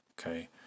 Okay